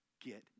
get